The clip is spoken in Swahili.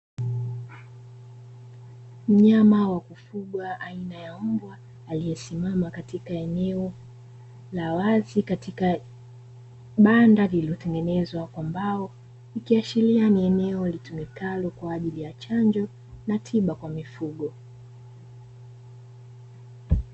Mnyama wa kufugwa, aina ya mbwa aliyesimama katika eneo la wazi katika banda lililotengenezwa kwa mbao. Ikiashiria ni eneo litumikalo kwa ajili ya chanjo na tiba kwa mifugo.